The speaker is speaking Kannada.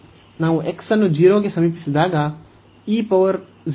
ನಾವು x ಅನ್ನು 0 ಗೆ ಸಮೀಪಿಸಿದಾಗ e 0 ಮತ್ತು ಇದು 1 ಆಗುತ್ತದೆ